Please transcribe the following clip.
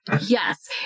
Yes